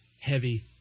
heavy